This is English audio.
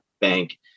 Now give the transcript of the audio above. Bank